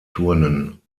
turnen